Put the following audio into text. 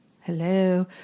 Hello